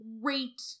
great